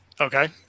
Okay